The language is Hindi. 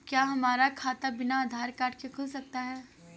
क्या हमारा खाता बिना आधार कार्ड के खुल सकता है?